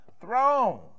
Throne